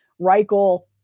Reichel